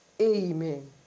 amen